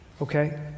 okay